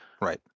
Right